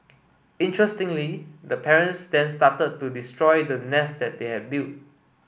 interestingly the parents then started to destroy the nest they had built